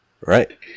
Right